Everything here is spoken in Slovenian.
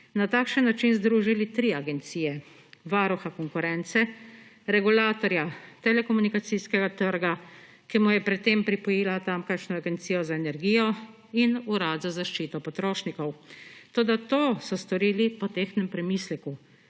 na takšen način združili tri agencije, varuha konkurence, regulatorja telekomunikacijskega trga, ki mu je pred tem pripojila tamkajšnjo agencija za energijo in urad za zaščito potrošnikov. Toda to so storili po tehtnem premisleku.